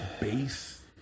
base